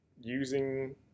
using